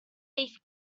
safe